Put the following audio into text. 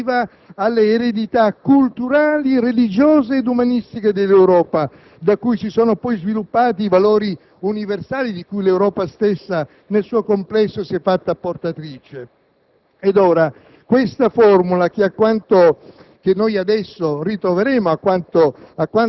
presieduta da Giscard d'Estaing - si parlò di un'ispirazione riferita alle eredità culturali, religiose e umanistiche dell'Europa, da cui si sono poi sviluppati i valori universali di cui l'Europa stessa, nel suo complesso, si è fatta portatrice.